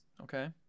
Okay